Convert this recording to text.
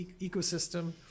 ecosystem